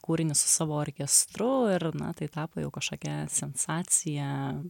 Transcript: kūrinį su savo orkestru ir na tai tapo jau kažkokia sensacija